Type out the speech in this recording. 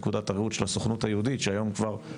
מנקודת הראות של הסוכנות היהודית שהדורות